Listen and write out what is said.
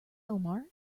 omar